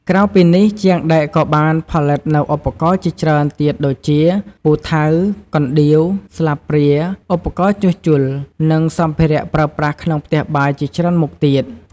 ក្រៅពីនេះ ជាងដែកក៏បានផលិតនូវឧបករណ៍ជាច្រើនទៀត ដូចជា ពូថៅ កណ្ដៀវ ស្លាបព្រា ឧបករណ៍ជួសជុល និងសម្ភារៈប្រើប្រាស់ក្នុងផ្ទះបាយជាច្រើនមុខទៀត។